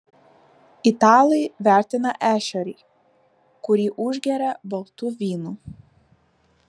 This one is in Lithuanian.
italai vertina ešerį kurį užgeria baltu vynu